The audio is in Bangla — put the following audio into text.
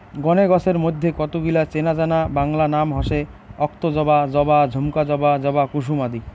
গণে গছের মইধ্যে কতগিলা চেনাজানা বাংলা নাম হসে অক্তজবা, জবা, ঝুমকা জবা, জবা কুসুম আদি